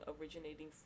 originating